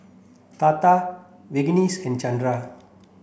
Tata Verghese and Chandra